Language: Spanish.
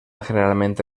generalmente